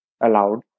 allowed